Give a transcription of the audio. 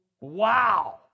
Wow